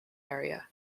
area